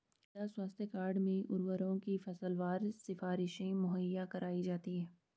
मृदा स्वास्थ्य कार्ड में उर्वरकों की फसलवार सिफारिशें मुहैया कराई जाती है